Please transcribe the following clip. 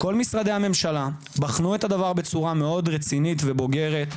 כל משרדי הממשלה בחנו את הדבר בצורה מאוד רצינית ובוגרת,